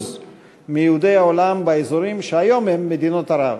מיהודי העולם באזורים שהיום הם מדינות ערב,